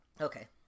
Okay